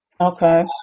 okay